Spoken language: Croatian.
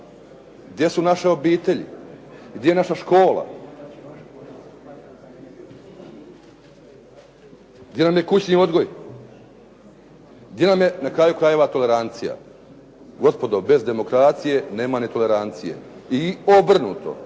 gdje su naše obitelji, gdje je naša škola, gdje nam je kućni odgoj, gdje nam je na kraju krajeva tolerancija. Gospodo, bez demokracije nema netolerancije. I obrnuto,